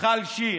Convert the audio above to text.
מיכל שיר.